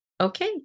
Okay